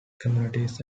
communities